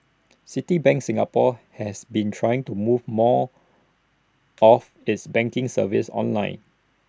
Citibank Singapore has been trying to move more of its banking services online